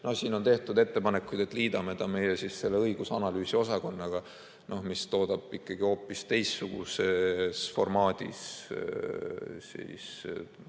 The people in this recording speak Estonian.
siin on tehtud ettepanekuid, et liidame ta meie õigus- ja analüüsiosakonnaga, mis toodab ikkagi hoopis teistsuguses formaadis